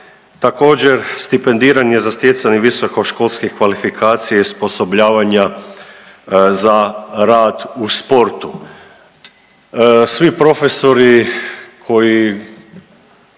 Također stipendiranje za stjecanje visokoškolskih kvalifikacija i osposobljavanja za rad u sportu. Svi profesori koji